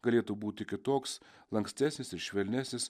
galėtų būti kitoks lankstesnis ir švelnesnis